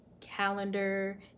calendar